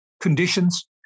conditions